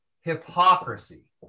hypocrisy